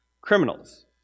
criminals